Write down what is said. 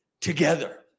together